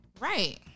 right